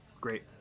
Great